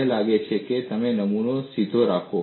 મને લાગે છે કે તમે નમૂનો સીધો રાખો